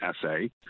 essay